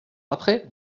après